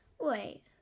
Wait